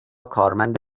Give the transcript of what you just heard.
کارمند